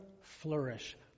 flourish